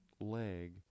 leg